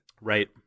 Right